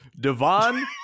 devon